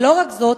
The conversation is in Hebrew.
ולא רק זאת,